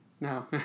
No